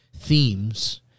themes